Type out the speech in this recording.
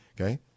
Okay